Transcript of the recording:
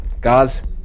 guys